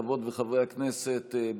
חברות וחברי הכנסת,